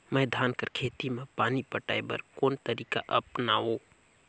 मैं धान कर खेती म पानी पटाय बर कोन तरीका अपनावो?